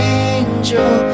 angel